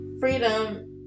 freedom